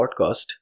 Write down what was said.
podcast